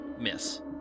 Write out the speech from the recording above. miss